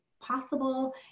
possible